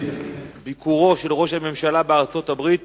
ביקורו של ראש הממשלה בארצות-הברית